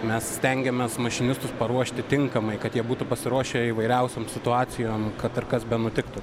mes stengiamės mašinistus paruošti tinkamai kad jie būtų pasiruošę įvairiausiom situacijom kad ir kas benutiktų